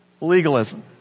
legalism